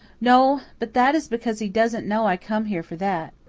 no, but that is because he doesn't know i come here for that.